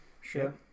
Sure